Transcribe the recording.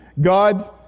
God